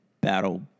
battle